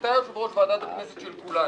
אתה יושב-ראש ועדת הכנסת של כולנו.